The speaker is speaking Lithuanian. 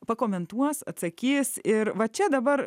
pakomentuos atsakys ir va čia dabar